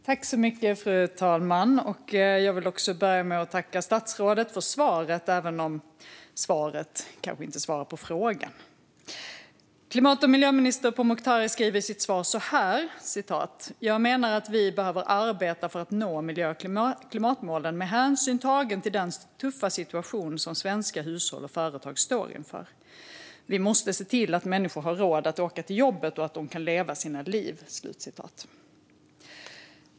Fru talman! Jag vill börja med att tacka statsrådet för svaret, även om det kanske inte gav svar på frågan. Klimat och miljöminister Pourmokhtari säger i sitt svar: "Jag menar att vi behöver arbeta för att nå klimat och miljömålen med hänsyn tagen till den tuffa situation som svenska hushåll och företag står inför. Vi måste se till att människor har råd att åka till jobbet och att de kan leva sina liv."